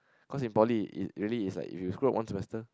cause in poly it really is like when you screw up one semester